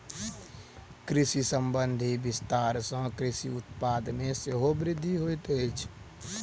कृषि संबंधी विस्तार सॅ कृषि उत्पाद मे सेहो वृद्धि होइत अछि